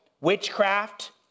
witchcraft